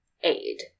aid